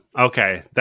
Okay